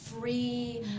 free